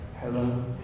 hello